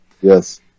Yes